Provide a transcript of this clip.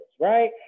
right